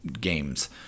games